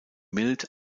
mild